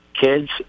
kids